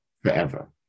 forever